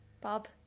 Bob